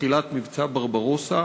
תחילת מבצע ברברוסה,